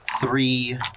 three